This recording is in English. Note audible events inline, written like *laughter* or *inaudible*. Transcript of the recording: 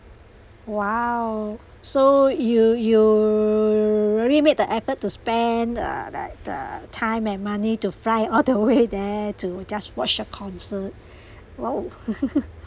!wow! so you you really made the effort to spend uh that the time and money to fly all the way *laughs* there to just watch a concert !wow! *laughs*